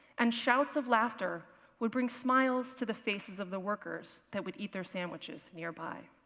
and shouts of laughter would bring smiles to the faces of the workers that would eat their sandwiches nearby.